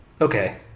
Okay